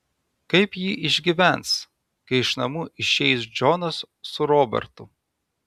kaip ji išgyvens kai iš namų išeis džonas su robertu